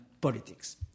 politics